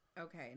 Okay